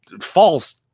false